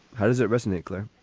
how does it resonate glew?